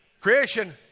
Creation